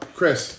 Chris